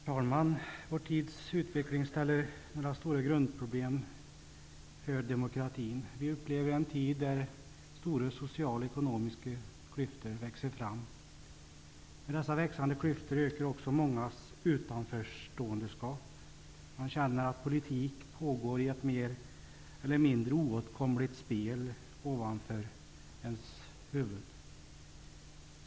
Herr talman! Vår tids utveckling innebär några stora grundproblem för demokratin. Vi upplever en tid då stora sociala och ekonomiska klyftor växer fram. Dessa växande klyftor ökar också mångas utanförskap. Man känner att politik pågår i ett mer eller mindre oåtkomligt spel ovanför ens huvud.